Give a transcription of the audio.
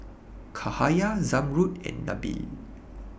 Cahaya Zamrud and Nabil